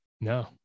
No